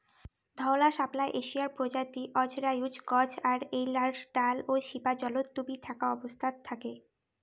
ধওলা শাপলা এশিয়ার প্রজাতি অজরায়ুজ গছ আর এ্যাইলার ডাল ও শিপা জলত ডুবি থাকা অবস্থাত থাকে